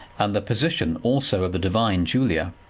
and the position also of the divine julia,